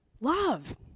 love